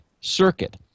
circuit